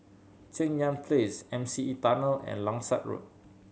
Cheng Yan Place M C E Tunnel and Langsat Road